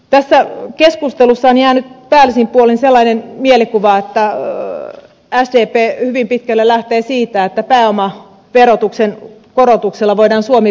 tästä keskustelusta on syntynyt päällisin puolin sellainen mielikuva että sdp hyvin pitkälle lähtee siitä että pääomaverotuksen korotuksella voidaan suomi pelastaa